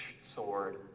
sword